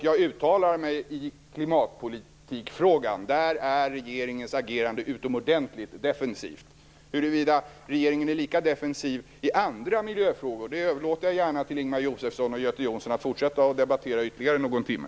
Jag uttalar mig i klimatpolitikfrågan, där regeringens agerande är utomordentligt defensivt. Huruvida regeringen är lika defensiv i andra miljöfrågor överlåter jag gärna till Ingemar Josefsson och Göte Jonsson att fortsätta debattera i ytterligare någon timme.